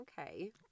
Okay